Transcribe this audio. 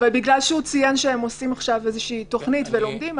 אבל בגלל שהוא ציין שהם עושים עכשיו איזושהי תוכנית ולומדים,